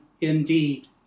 indeed